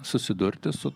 susidurti su